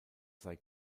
sei